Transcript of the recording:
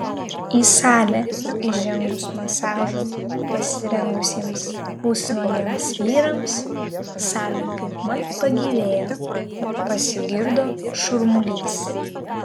į salę įžengus masažui pasirengusiems pusnuogiams vyrams salė kaipmat pagyvėjo pasigirdo šurmulys